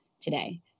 today